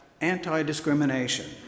anti-discrimination